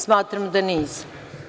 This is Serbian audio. Smatram da nisam.